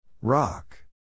Rock